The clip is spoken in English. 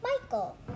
Michael